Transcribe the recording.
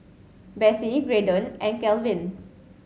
Besse Graydon and Kalvin